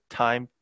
time